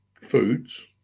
foods